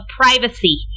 privacy